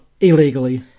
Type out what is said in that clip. illegally